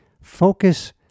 focus